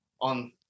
on